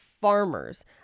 farmers